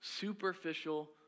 superficial